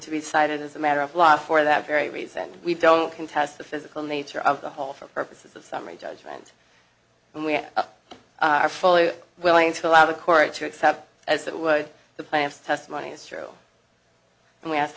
to be decided as a matter of law for that very reason we don't contest the physical nature of the whole for purposes of summary judgment and we are fully willing to allow the court to accept as it was the plaintiffs testimony is true and we ask